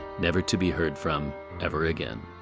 never to be heard from ever again.